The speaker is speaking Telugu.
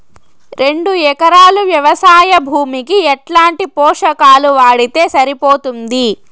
రెండు ఎకరాలు వ్వవసాయ భూమికి ఎట్లాంటి పోషకాలు వాడితే సరిపోతుంది?